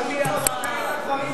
הייתי בהצבעה בחוק הזה,